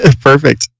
perfect